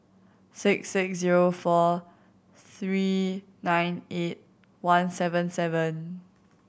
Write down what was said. six six zero four three nine eight one seven seven